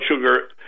sugar